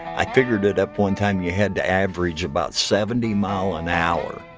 i figured it up one time you had to average about seventy mile an hour